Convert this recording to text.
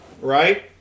right